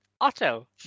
Otto